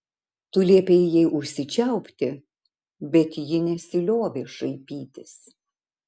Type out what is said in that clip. tu liepei jai užsičiaupti bet ji nesiliovė šaipytis